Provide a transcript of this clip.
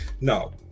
No